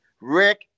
Rick